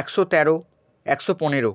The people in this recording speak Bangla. একশো তেরো একশো পনেরো